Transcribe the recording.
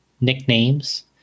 nicknames